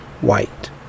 White